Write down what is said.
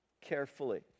carefully